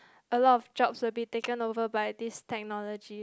a lot of jobs will be taken over by this technology